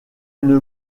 une